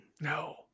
No